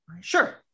Sure